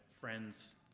friends –